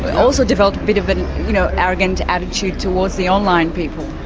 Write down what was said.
also developed a bit of an you know arrogant attitude towards the online people?